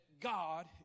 God